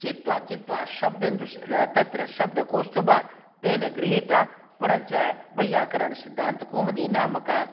चित्वा चित्वा शब्देन्दुस ल तत्र शब्दकौस्तुभः तेन गृहीतः परञ्च वैयाकरणसिद्धान्तकौमुदीनामकः